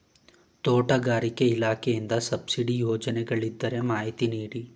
ತೋಟಗಾರಿಕೆ ಇಲಾಖೆಯಿಂದ ಸಬ್ಸಿಡಿ ಯೋಜನೆಗಳಿದ್ದರೆ ಮಾಹಿತಿ ನೀಡಿ?